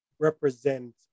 Represent